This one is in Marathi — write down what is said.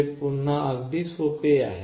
जे पुन्हा अगदी सोपे आहे